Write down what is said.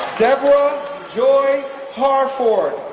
deborah joy harford,